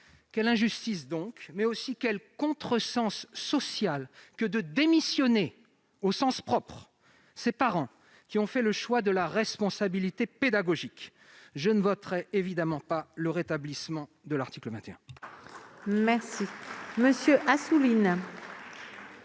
Quelle injustice, donc, mais aussi quel contresens social que de démissionner- au sens propre du terme -ces parents qui ont fait le choix de la responsabilité pédagogique ! Je ne voterai évidemment pas pour le rétablissement de l'article 21.